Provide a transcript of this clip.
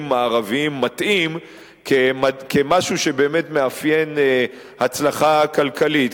מערביים מטעים כמשהו שבאמת מאפיין הצלחה כלכלית.